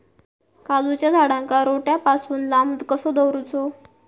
काजूच्या झाडांका रोट्या पासून लांब कसो दवरूचो?